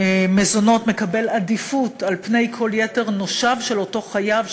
מזונות מקבל עדיפות על כל יתר נושיו של אותו חייב,